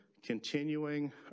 continuing